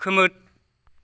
खोमोर